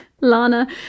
Lana